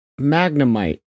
magnemite